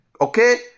okay